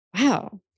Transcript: Wow